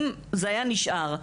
אם זה היה נשאר,